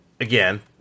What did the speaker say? again